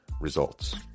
results